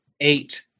eight